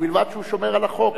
ובלבד שהוא שומר על החוק.